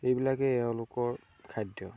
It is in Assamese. এইবিলাকেই তেওঁলোকৰ খাদ্য